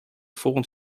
volgend